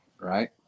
right